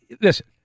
Listen